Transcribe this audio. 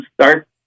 start